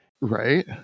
right